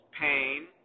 pain